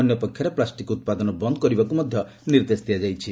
ଅନ୍ୟପକ୍ଷରେ ପ୍ଲାଷ୍ଟିକ ଉପାଦନ ବନ୍ଦ କରିବାକୁ ମଧ୍ଧ ନିର୍ଦ୍ଦେଶ ଦିଆଯାଇଛି